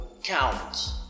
count